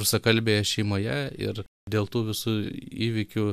rusakalbėje šeimoje ir dėl tų visų įvykių